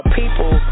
people